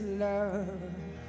love